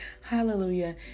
hallelujah